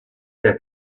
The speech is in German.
der